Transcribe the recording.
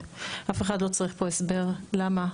אף אחד לא צריך הסבר פה למה,